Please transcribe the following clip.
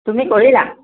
তুমি কৰিলা